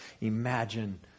Imagine